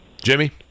Jimmy